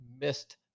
missed